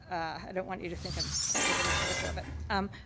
i don't want you to think i'm overly critical of it. um,